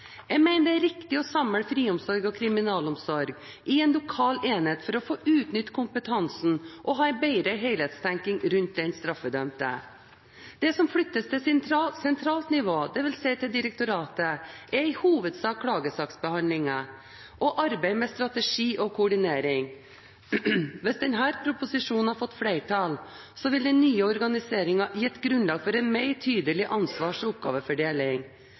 Jeg mener det er riktig å samle friomsorg og kriminalomsorg i en lokal enhet for å få utnyttet kompetansen og ha en bedre helhetstenkning rundt den straffedømte. Det som flyttes til sentralt nivå, dvs. til direktoratet, er i hovedsak klagesaksbehandlingen og arbeid med strategi og koordinering. Hvis denne proposisjonen hadde fått flertall, ville den nye organiseringen gitt grunnlag for en mer tydelig ansvars- og oppgavefordeling.